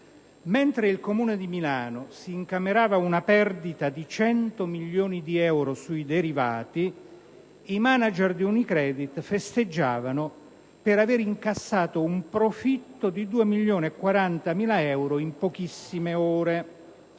Mentre il Comune di Milano incamerava una perdita di 100 milioni di euro sui prodotti derivati, i manager di Unicredit festeggiavano per avere incassato un profitto di 2.040.000 euro in pochissime ore.